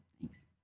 thanks